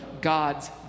god's